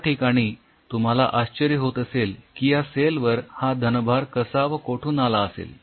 या ठिकाणी तुम्हाला आश्चर्य होत असेल की या सेल वर हा धनभार कसा व कोठून आला असेल